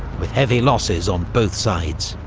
with heavy losses on both sides.